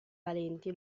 valenti